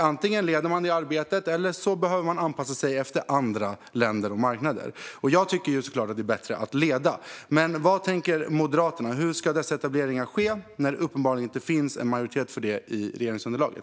Antingen leder man det arbetet, eller så behöver man anpassa sig efter andra länder och marknader. Jag tycker såklart att det är bättre att leda, men vad tänker Moderaterna? Hur ska dessa etableringar ske när det uppenbarligen inte finns en majoritet för det i regeringsunderlaget?